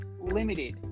limited